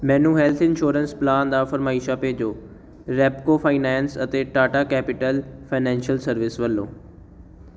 ਮੈਨੂੰ health insurance plan ਦੀ ਫਰਮਾਇਸ਼ਾਂ ਭੇਜੋ ਰੈਪਕੋ ਫਾਈਨੈਂਸ ਅਤੇ ਟਾਟਾ ਕੈਪੀਟਲ ਫਾਈਨੈਂਸ਼ੀਅਲ ਸਰਵਿਸ ਵੱਲੋਂ